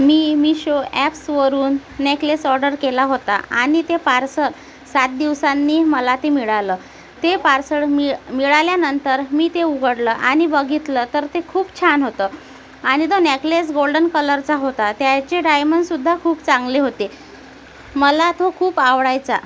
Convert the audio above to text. मी मिशो ॲप्सवरून necklace order केला होता आणि ते पार्सल सात दिवसांनी मला ते मिळालं ते पार्सळ मि मिळाल्यानंतर मी ते उघडलं आणि बघितलं तर ते खूप छान होतं आणि तो नेकलेस गोल्डन कलरचा होता त्याचे डायमंडसुद्धा खूप चांगले होते मला तो खूप आवडायचा